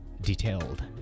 detailed